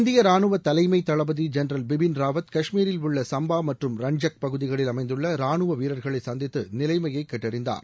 இந்திய ராணுவ தலைமைத் தளபதி ஜென்ரல் பிபின் ராவத் காஷ்மீரில் உள்ள சும்பா மற்றும் ரன்ஜக் பகுதிகளில் அமைந்துள்ள ரானுவ வீரர்களை சந்தித்து நிலைமையை கேட்டறிந்தார்